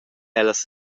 ellas